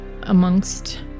amongst